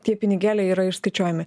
tie pinigėliai yra išskaičiuojami